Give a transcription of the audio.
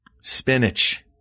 Spinach